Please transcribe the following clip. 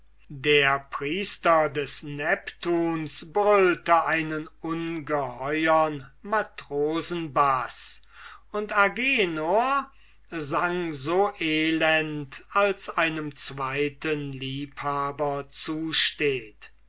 der priester des neptuns brüllte einen ungeheuren matrosenbaß und agenor sang so elend als einem zweiten liebhaber zusteht